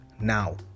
now